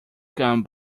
come